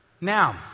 Now